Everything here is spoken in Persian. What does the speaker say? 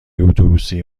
اتوبوسی